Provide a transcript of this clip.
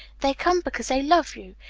they come because they love you.